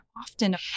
often